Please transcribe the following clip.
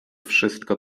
wszystko